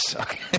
okay